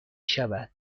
شود